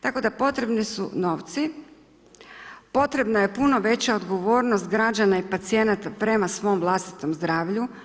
Tako da, potrebni su novci, potrebna je puno veća odgovornost građana i pacijenata prema svom vlastitom zdravlju.